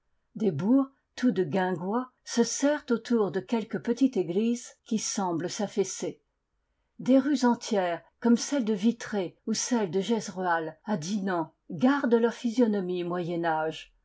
bourgs tout de guingois se serrent autour de quelque petite église qui semble s'affaisser des rues entières comme celles de vitré ou celle du jezrual à dinan gardent leur physionomie